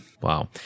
Wow